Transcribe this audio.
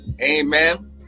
amen